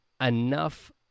enough